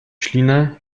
ślinę